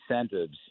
incentives